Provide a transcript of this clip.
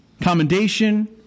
commendation